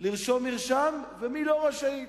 לרשום מרשם ומי לא רשאית.